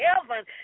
heaven